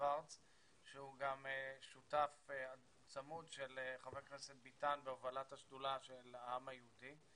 שוורץ שהוא גם שותף צמוד של חבר הכנסת ביטן בהובלת השדולה של העם היהודי,